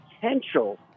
potential